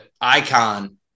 icon